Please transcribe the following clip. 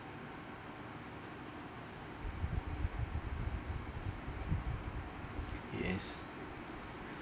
yes